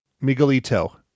miguelito